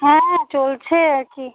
হ্যাঁ চলছে আর কি